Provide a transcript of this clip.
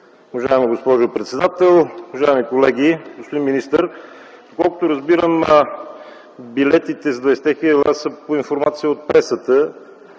Уважаема госпожо председател, уважаеми колеги! Господин министър, доколкото разбирам - билетите за 20 хил. лв. – това е информация от пресата.